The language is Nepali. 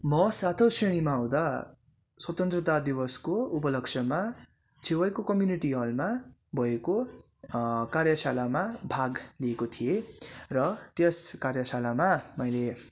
म सातौँ श्रेणीमा हुँदा स्वतन्त्रता दिवसको उपलक्ष्यमा छेवैको कम्युनिटी हलमा भएको कार्यशालामा भाग लिएको थिएँ र त्यस कार्यशालामा मैले